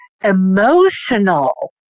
emotional